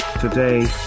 Today